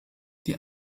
die